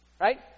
right